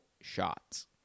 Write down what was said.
shots